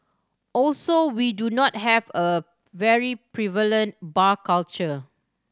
also we do not have a very prevalent bar culture